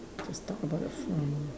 just talk about the farm